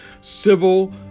civil